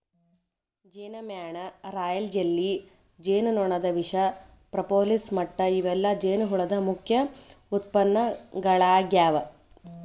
ಜೇನಮ್ಯಾಣ, royal jelly, ಜೇನುನೊಣದ ವಿಷ, propolis ಮಟ್ಟ ಇವೆಲ್ಲ ಜೇನುಹುಳದ ಮುಖ್ಯ ಉತ್ಪನ್ನಗಳಾಗ್ಯಾವ